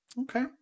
Okay